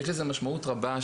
יש לזה משמעות רבה,